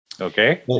Okay